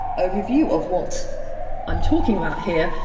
overview of what i'm talking about here,